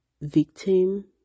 victim